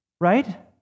Right